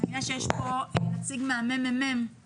אני מבינה נמצא כאן נציג מרכז המחקר והמידע של הכנסת